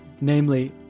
namely